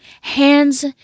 hands